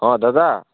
ହଁ ଦାଦା